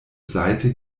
seite